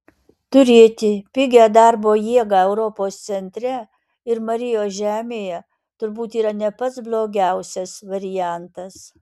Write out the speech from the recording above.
turėti pigią darbo jėgą europos centre ir marijos žemėje turbūt yra ne pats blogiausias variantas